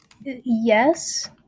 Yes